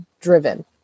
driven